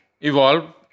evolve